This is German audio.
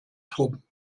schrubben